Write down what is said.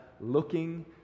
Looking